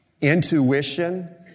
intuition